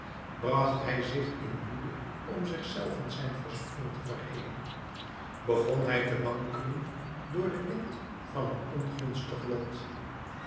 bracht hij zich in woede om zich zelven zijn verzwakking te verhelen begon hij te wankelen door den wind van een ongunstig lot